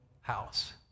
house